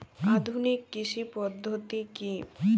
আধুনিক কৃষি পদ্ধতি কী?